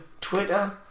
Twitter